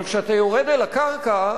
אבל כשאתה יורד אל הקרקע,